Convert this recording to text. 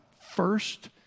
first